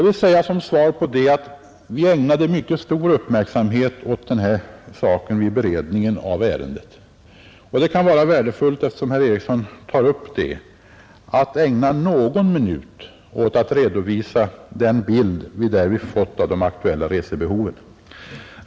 Som svar på det vill jag säga att vi ägnade mycket stor uppmärksamhet åt denna sak vid beredningen av ärendet. Det kan vara värdefullt, eftersom herr Eriksson tar upp detta problem, att ägna någon minut åt att redovisa den bild vi därvid fått av de aktuella resebehoven.